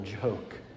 joke